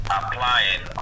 applying